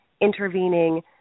intervening